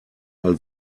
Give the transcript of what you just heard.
mal